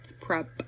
prep